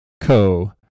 Co